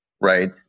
right